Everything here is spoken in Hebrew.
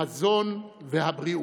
המזון והבריאות,